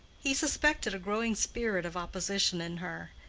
he suspected a growing spirit of opposition in her,